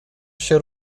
się